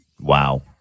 Wow